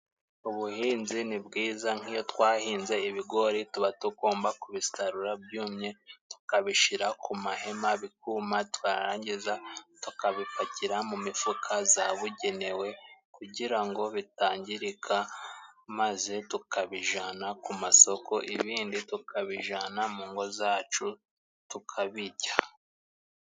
Ubuhinzi ni bwiza, nk'iyo twahinze ibigori tuba tugomba kubisarura byumye, tukabishira ku mahema bikuma, twarangiza tukabipakira mu mifuka zabugenewe kugira ngo bitangirika, maze tukabijana ku masoko ibindi tukabijana mu ngo zacu tukabijya.